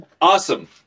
Awesome